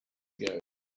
ago